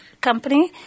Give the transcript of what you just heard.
Company